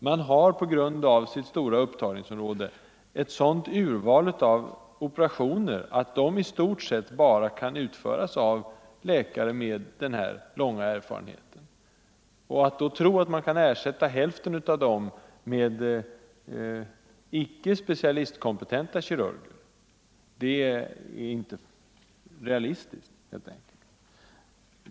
Man har på grund av sitt stora upptagningsområde ett sådant urval av operationer att de i stort sett bara kan utföras av läkare med den här långa erfarenheten. Att då tro att hälften av dem kan ersättas med icke-specialistkompetenta kirurger är helt enkelt inte realistiskt.